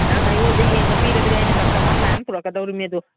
ꯅꯪ ꯑꯩꯉꯣꯟꯗ ꯌꯦꯡꯅ ꯄꯤꯔꯒꯗꯤ ꯑꯩꯅ ꯀꯁꯇꯃꯔ ꯃꯌꯥꯝ ꯄꯨꯔꯛꯀꯗꯧꯔꯤꯃꯤꯗꯨ